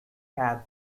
cab